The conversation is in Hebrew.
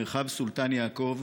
מרחב סולטאן יעקוב,